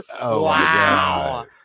Wow